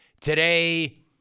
Today